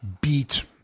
beat